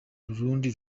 rundi